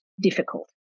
difficult